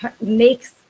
makes